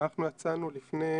אנחנו יצאנו לפני